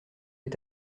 est